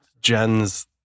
jen's